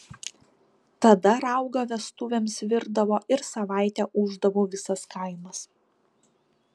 tada raugą vestuvėms virdavo ir savaitę ūždavo visas kaimas